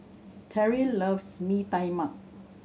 Terrill loves Mee Tai Mak